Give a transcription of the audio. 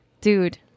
dude